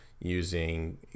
using